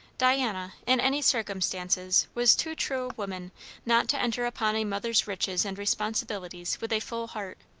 diana in any circumstances was too true a woman not to enter upon a mother's riches and responsibilities with a full heart,